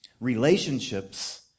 Relationships